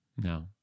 No